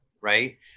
Right